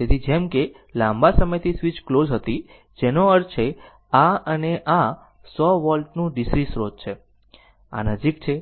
તેથી જેમ કે લાંબા સમયથી સ્વીચ ક્લોઝ હતી જેનો અર્થ છે આ અને આ 100 વોલ્ટ નું DC સ્રોત છે આ નજીક છે